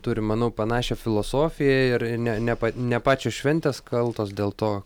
turim manau panašią filosofiją ir ne ne ne pačios šventės kaltos dėl to